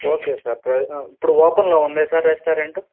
okay sir ఇప్పుడు ఓపన్లో ఉందా సార్ రెస్టారెంటు